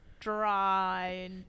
dry